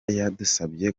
yadusabye